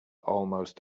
almost